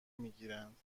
میگیرند